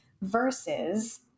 Versus